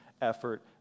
effort